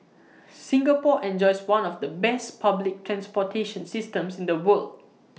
Singapore enjoys one of the best public transportation systems in the world